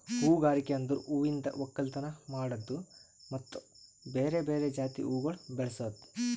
ಹೂಗಾರಿಕೆ ಅಂದುರ್ ಹೂವಿಂದ್ ಒಕ್ಕಲತನ ಮಾಡದ್ದು ಮತ್ತ ಬೇರೆ ಬೇರೆ ಜಾತಿ ಹೂವುಗೊಳ್ ಬೆಳಸದ್